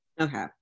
okay